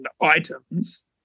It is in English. items